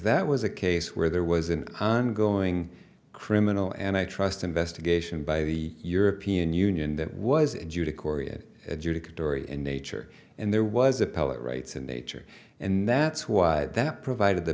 that was a case where there was an ongoing criminal and i trust investigation by the european union that was due to korea adjudicatory in nature and there was appellate rights in nature and that's why that provided the